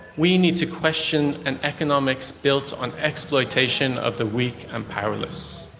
we need to question an economics built on exploitation of the weak and powerless.